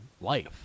life